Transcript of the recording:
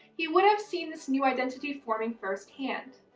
he would have seen this new identity forming firsthand.